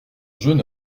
jeune